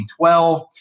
2012